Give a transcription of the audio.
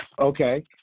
Okay